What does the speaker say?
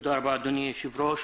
תודה רבה אדני היושב-ראש.